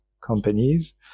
companies